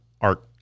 art